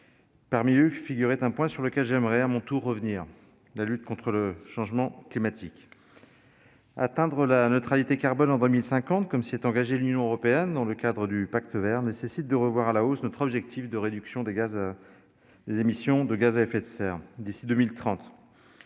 revenir sur l'un point qui y figurait : la lutte contre le changement climatique. Atteindre la neutralité carbone en 2050, comme s'y est engagée l'Union européenne dans le cadre du Pacte vert pour l'Europe, nécessite de revoir à la hausse notre objectif de réduction des émissions de gaz à effet de serre d'ici à 2030.